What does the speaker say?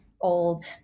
old